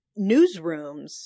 newsrooms